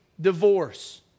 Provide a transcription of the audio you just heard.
divorce